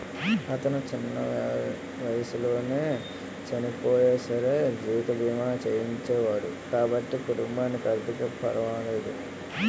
అతను చిన్న వయసులోనే చనియినా సరే జీవిత బీమా చేయించినాడు కాబట్టి కుటుంబానికి ఆర్ధికంగా పరవాలేదు